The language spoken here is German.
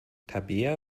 tabea